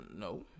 no